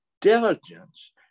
diligence